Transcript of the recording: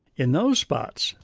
in those spots,